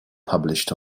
published